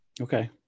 Okay